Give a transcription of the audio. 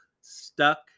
stuck